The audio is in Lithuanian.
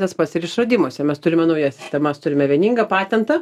tas pats ir išradimuose mes turime naujas sistemas turime vieningą patentą